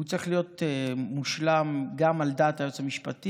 הוא צריך להיות מושלם גם על דעת היועץ המשפטי,